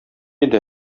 иде